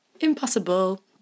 Impossible